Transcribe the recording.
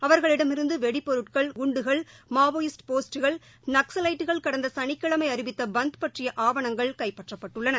அவர்களிடமிருந்துவெடிபொருட்கள் குண்டுகள் மவோயிஸ்ட் போஸ்டுகள் நக்சவைட்டுகள் கடந்தசனிக்கிழமைஅறிவித்தபந்த் பற்றியஆவணங்கள் கைப்பற்றப்பட்டுள்ளன